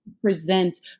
present